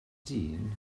dyn